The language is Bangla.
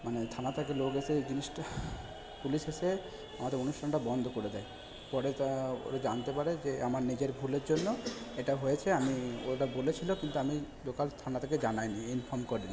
মানে থানা থেকে লোক এসে জিনিসটা পুলিশ এসে আমাদের অনুষ্ঠানটা বন্ধ করে দেয় পরে তা ওরা জানতে পারে যে আমার নিজের ভুলের জন্য এটা হয়েছে আমি ও এটা বলেছিল কিন্তু আমি লোকাল থানা থেকে জানায়নি ইনফর্ম করিনি